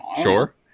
Sure